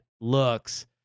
looks